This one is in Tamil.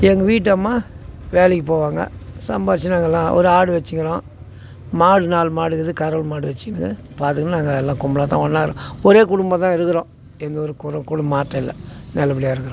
எங்கள் வீட்டு அம்மா வேலைக்கு போவாங்க சம்பாதிச்சி நாங்கள் எல்லாம் ஒரு ஆடு வெச்சுக்கிறோம் மாடு நாலு மாடு இருக்குது கறவை மாடு வெச்சுக்கின்னு பார்த்துக்கின்னு நாங்கள் எல்லாம் கும்பலாக தான் ஒன்னாக ஒரே குடும்பமாக தான் இருக்கிறோம் எந்த ஒரு மாற்றம் இல்லை நல்லபடியா இருக்கிறோம்